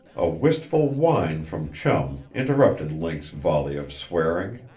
a wistful whine from chum interrupted link's volley of swearing.